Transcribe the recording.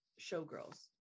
showgirls